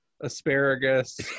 asparagus